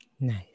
Nice